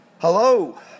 Hello